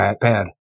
bad